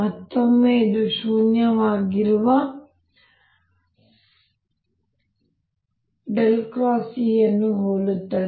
ಮತ್ತೊಮ್ಮೆ ಇದು ಶೂನ್ಯವಾಗಿರುವ E ಅನ್ನು ಹೋಲುತ್ತದೆ